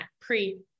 pre